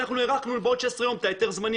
אנחנו הארכנו בעוד 16 ימים את ההיתר הזמני